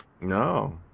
no